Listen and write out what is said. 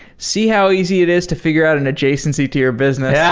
see how easy it is to figure out an adjacency to your business? yeah